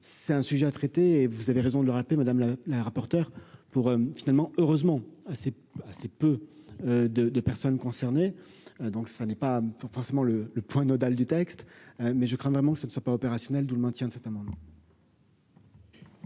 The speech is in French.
c'est un sujet à traiter et vous avez raison de le rappeler Madame la la rapporteure pour finalement heureusement assez, assez peu de des personnes concernées, donc ça n'est pas forcément le le point nodal du texte, mais je crains vraiment que ce ne soit pas opérationnels, d'où le maintien de cet amendement.